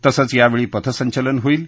तसंच यावेळी पथसंचलन होईल